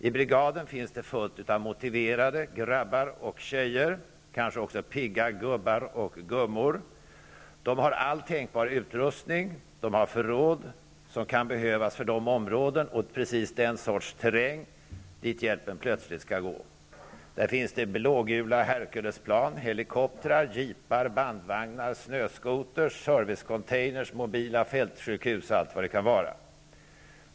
I brigaden är det fullt av motiverade grabbar och tjejer, och kanske också pigga gubbar och gummor. De har all tänkbar utrustning och förråd som kan behövas för de områden och precis den sorts terräng dit hjälpen plötsligt skall gå. Där finns det blågula Herculesplan, helikoptrar, jeepar, bandvagnar, snöskotrar, servicecontainrar, mobila fältsjukhus och allt vad det kan vara.